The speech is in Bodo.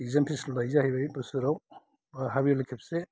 एक्जाम फिस ल' लायो जाहैबाय बोसोराव हाफ इयारलि खेबसे